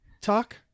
talk